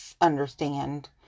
understand